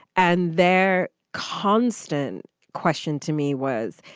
and their constant question to me was,